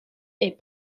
est